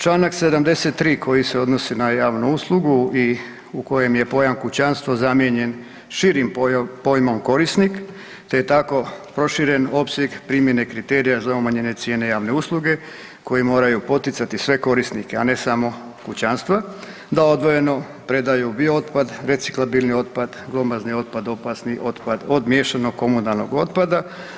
Čl. 73. koji se odnosi na javnu uslugu i u kojem je pojam kućanstvo zamijenjen širim pojmom korisnik te je tako proširen opseg primjene kriterija za umanjene cijene javne usluge koji moraju poticati sve korisnike, a ne samo kućanstva da odvojeno predaju biootpad, reciklabilni otpad, glomazni otpad, opasni otpad od miješanog komunalnog otpada.